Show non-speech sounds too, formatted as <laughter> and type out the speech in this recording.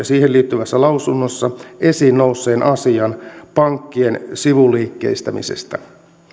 <unintelligible> siihen liittyvässä lausunnossa esiin nousseen asian pankkien sivuliikkeistymisestä